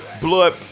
blood